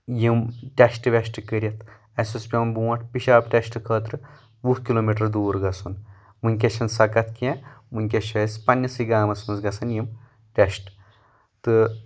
یِم ٹٮ۪شٹ وٮ۪شٹہٕ کٔرتھ اسہِ اوس پٮ۪وان برٛونٛٹھ پشاب ٹٮ۪سٹ خٲطرٕ وُہ کلوٗ میٖٹر دوٗر گژھُن وُنکیٚس چھنہٕ سۄ کتھ کینٛہہ وُنکیٚس چھِ اسہِ پنہِ سٕے گامس منٛز گژھان یِم ٹٮ۪شٹ تہٕ